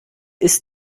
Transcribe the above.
ist